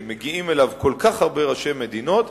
שמגיעים אליו כל כך הרבה ראשי מדינות,